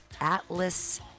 Atlas